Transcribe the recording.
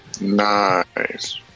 Nice